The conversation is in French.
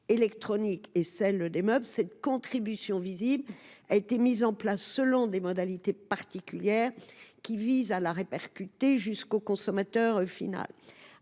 électroniques comme dans la filière des meubles, cette contribution visible a été mise en place selon des modalités particulières, visant à la répercuter jusqu’au consommateur final.